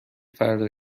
فردا